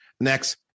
Next